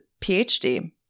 PhD